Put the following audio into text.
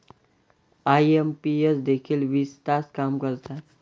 IMPS देखील वीस तास काम करतात?